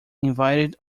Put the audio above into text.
invited